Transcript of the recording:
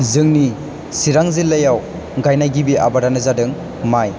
जोंनि चिरां जिल्लायाव गायनाय गिबि आबाद आनो जादों माइ